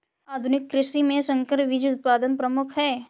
आधुनिक कृषि में संकर बीज उत्पादन प्रमुख है